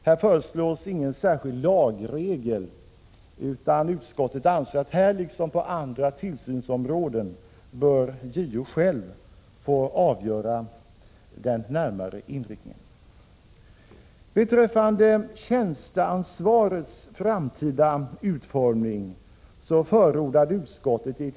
Här föreslås ingen särskild lagregel, utan utskottet anser att JO här liksom på andra tillsynsområden själv bör få avgöra den närmare inriktningen.